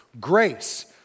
Grace